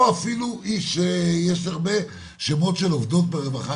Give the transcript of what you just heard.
או אפילו יש הרבה שמות עובדות ברווחה,